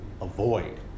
avoid